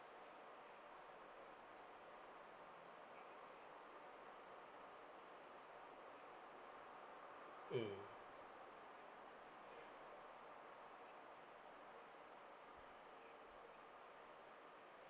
mm